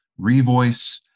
Revoice